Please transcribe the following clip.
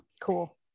cool